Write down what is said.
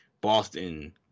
Boston